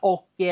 Och